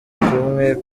kumwe